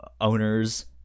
owners